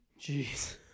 Jeez